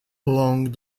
along